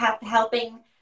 helping